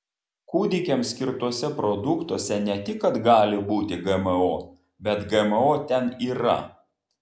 kūdikiams skirtuose produktuose ne tik kad gali būti gmo bet gmo ten yra